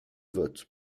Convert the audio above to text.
votes